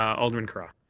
alderman carra?